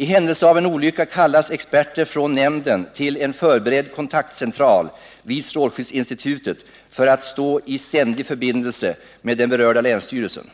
I händelse av en olycka kallas experter från nämnden till en förberedd kontaktcentral vid strålskyddsinstitutet för att stå i ständig förbindelse med den berörda länsstyrelsen.